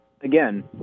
again